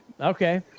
Okay